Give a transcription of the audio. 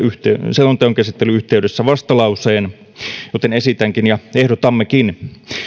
selonteon käsittelyn yhteydessä vastalauseen joten esitänkin ja ehdotammekin